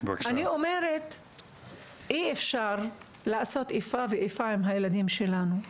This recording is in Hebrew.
אי אפשר לעשות איפה ואיפה עם הילדים שלנו.